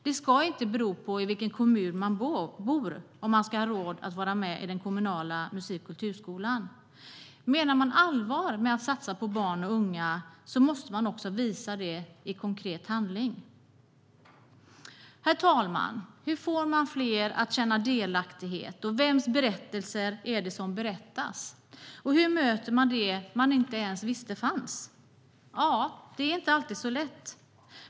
Det ska inte bero på vilken kommun människor bor i om de ska ha råd att delta i den kommunala musik och kulturskolan. Menar man allvar med att satsa på barn och unga måste man också visa det i konkret handling. Herr talman! Hur får vi fler att känna delaktighet, och vems berättelser är det som berättas? Hur möter man det man inte ens visste fanns? Det är inte alltid så lätt.